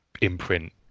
imprint